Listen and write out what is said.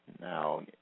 Now